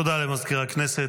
תודה למזכיר הכנסת.